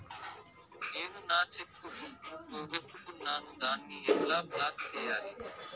నేను నా cheque book ను పోగొట్టుకున్నాను దాన్ని ఎట్లా బ్లాక్ సేయాలి?